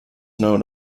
known